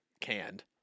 canned